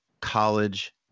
college